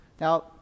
Now